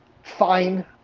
fine